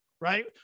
right